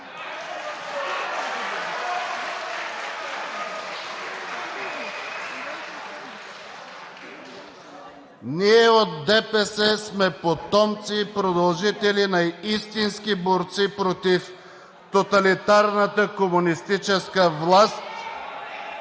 Ние от ДПС сме потомци и продължители на истински борци против тоталитарната комунистическа власт.